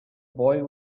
boy